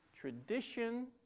tradition